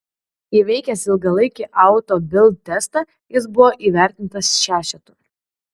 įveikęs ilgalaikį auto bild testą jis buvo įvertintas šešetu